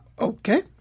Okay